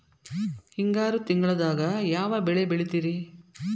ಹಿಂಗಾರು ತಿಂಗಳದಾಗ ಯಾವ ಬೆಳೆ ಬೆಳಿತಿರಿ?